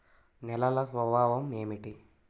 నేలల స్వభావం ఏమిటీ?